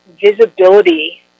visibility